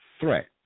threat